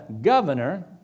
governor